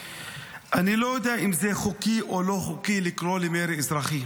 אני לא יודע אם זה חוקי או לא חוקי לקרוא למרי אזרחי,